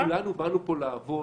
--- כולנו באנו לפה לעבוד.